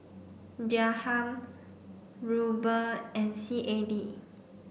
Dirham Ruble and C A D